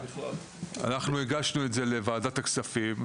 אנחנו הגשנו את זה לוועדת הכספים,